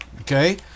okay